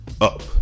up